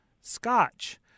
scotch